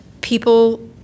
people